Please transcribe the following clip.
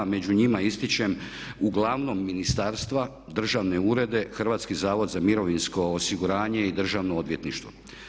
Među njima ističem uglavnom ministarstva, državne urede, Hrvatski zavod za mirovinsko osiguranje i Državno odvjetništvo.